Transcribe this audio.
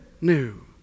new